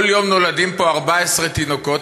כל יום נולדים פה 14 תינוקות,